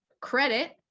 credit